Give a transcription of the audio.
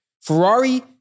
Ferrari